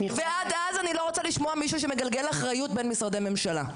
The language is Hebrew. ועד אז אני לא רוצה לשמוע מישהו שמגלגל אחריות בין משרדי ממשלה,